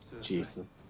Jesus